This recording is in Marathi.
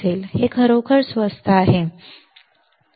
तर हे खरोखर स्वस्त आहे खूप स्वस्त कमी किमतीचे